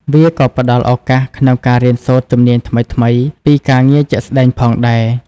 វាក៏ផ្តល់ឱកាសក្នុងការរៀនសូត្រជំនាញថ្មីៗពីការងារជាក់ស្តែងផងដែរ។